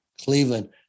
Cleveland